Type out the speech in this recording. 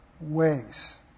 ways